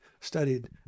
studied